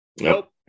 Nope